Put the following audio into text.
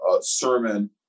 sermon